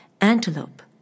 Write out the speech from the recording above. Antelope